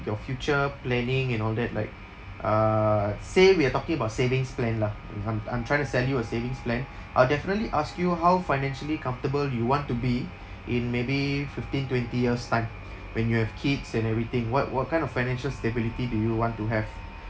your future planning and all that like uh say we are talking about savings plan lah for exam~ I'm trying to sell you a savings plan I'll definitely ask you how financially comfortable you want to be in maybe fifteen twenty years' time when you have kids and everything what what kind of financial stability do you want to have